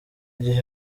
igihe